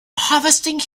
harvesting